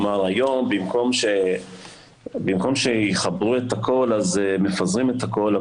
כלומר היום במקום שיחברו את הכל אז מפזרים את הכל.